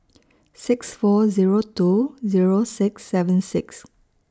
six four Zero two Zero six seven six